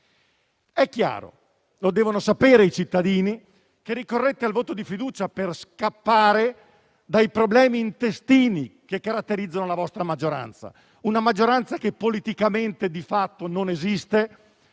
i cittadini lo devono sapere - che ricorrete al voto di fiducia per scappare dai problemi intestini che caratterizzano la vostra maggioranza, che politicamente di fatto non esiste